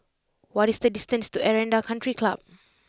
what is the distance to Aranda Country Club